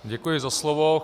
Děkuji za slovo.